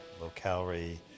low-calorie